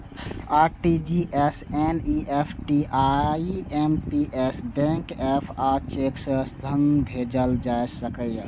RTGS, NEFT, IMPS, bank app आ cheque सं धन भेजल जा सकैए